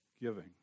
giving